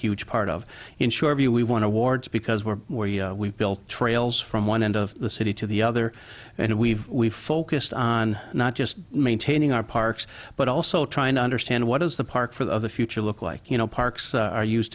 huge part of ensure view we want to wards because we're we've built trails from one end of the city to the other and we've we've focused on not just maintaining our parks but also trying to understand what is the park for the future look like you know parks are used